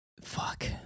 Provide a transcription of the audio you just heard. Fuck